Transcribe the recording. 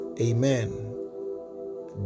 Amen